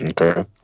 Okay